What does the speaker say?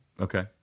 Okay